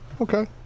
okay